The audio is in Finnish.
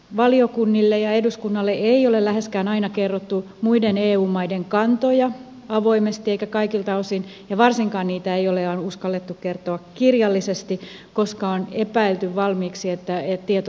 valiokunnille ja eduskunnalle ei ole läheskään aina kerrottu muiden eu maiden kantoja avoimesti eikä kaikilta osin ja varsinkaan niitä ei ole uskallettu kertoa kirjallisesti koska on epäilty valmiiksi että tieto saattaisi vuotaa